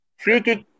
free-kick